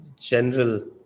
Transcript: general